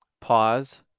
pause